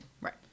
right